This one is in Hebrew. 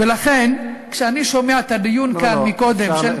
ולכן, כשאני שומע את הדיון כאן, קודם, לא, לא.